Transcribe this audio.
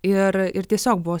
ir ir tiesiog buvo